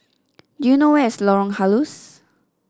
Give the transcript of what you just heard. do you know where is Lorong Halus